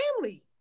family